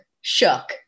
Shook